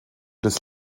des